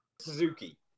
Suzuki